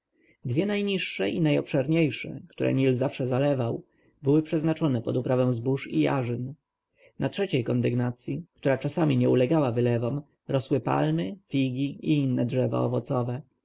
dwie najniższe i najobszerniejsze które nil zawsze zalewał były przeznaczone pod uprawę zbóż i jarzyn na trzeciej kondygnacji która czasami nie ulegała wylewom rosły palmy figi i inne drzewa owocowe